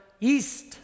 east